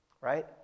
Right